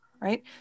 Right